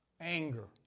Anger